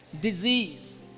disease